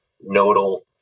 nodal